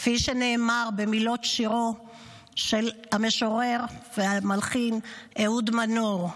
כפי שנאמר במילות שירו של המשורר והמלחין אהוד מנור: